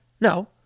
No